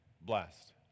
blessed